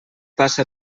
passa